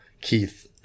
Keith